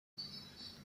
siete